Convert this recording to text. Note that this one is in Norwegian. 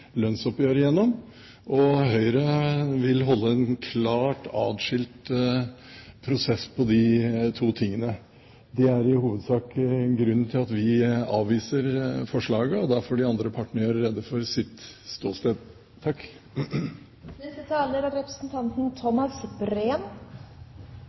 lønnsoppgjøret igjennom, og Høyre vil ha en klart atskilt prosess på disse to tingene. Det er i hovedsak grunnen til at vi avviser forslaget, og de andre partene får gjøre rede for sitt ståsted. Det er i hovedsak to gode grunner til at dette forslaget er